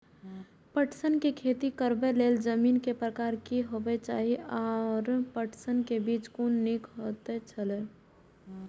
पटसन के खेती करबाक लेल जमीन के प्रकार की होबेय चाही आओर पटसन के बीज कुन निक होऐत छल?